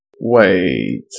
Wait